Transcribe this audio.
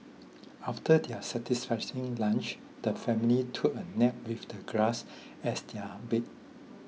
after their satisfying lunch the family took a nap with the grass as their bed